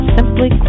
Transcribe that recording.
Simply